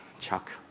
Chuck